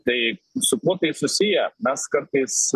tai su kuo tai susiję mes kartais